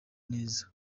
neza